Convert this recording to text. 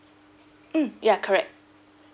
mm ya correct